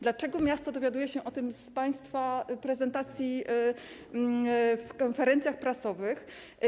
Dlaczego miasto dowiaduje się o tym z państwa prezentacji na konferencjach prasowych?